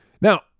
Now